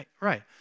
Right